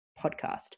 podcast